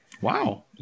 Wow